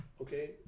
okay